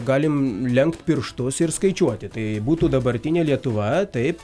galim lenkt pirštus ir skaičiuoti tai būtų dabartinė lietuva taip